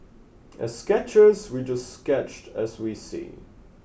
as sketchers we just sketch as we see